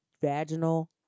vaginal